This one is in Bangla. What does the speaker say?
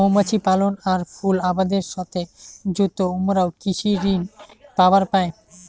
মৌমাছি পালন আর ফুল আবাদের সথে যুত উমরাও কৃষি ঋণ পাবার পায়